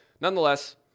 nonetheless